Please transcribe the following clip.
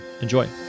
Enjoy